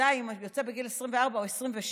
בוודאי אם הוא יוצא בגיל 24 או 26,